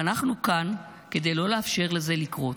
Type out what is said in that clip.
ואנחנו כאן כדי לא לאפשר לזה לקרות.